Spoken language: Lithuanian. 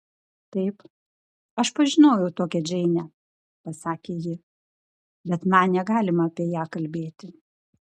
taip aš pažinojau tokią džeinę pasakė ji bet man negalima apie ją kalbėti